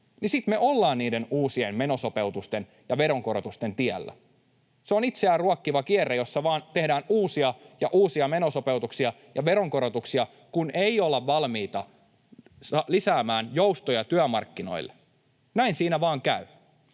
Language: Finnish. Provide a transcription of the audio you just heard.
niin sitten me ollaan niiden uusien menosopeutusten ja veronkorotusten tiellä. Se on itseään ruokkiva kierre, jossa vaan tehdään uusia ja uusia menosopeutuksia ja veronkorotuksia, kun ei olla valmiita lisäämään joustoja työmarkkinoille. Näin siinä vaan käy.